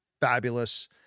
fabulous